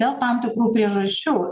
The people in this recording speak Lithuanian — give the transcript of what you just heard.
dėl tam tikrų priežasčių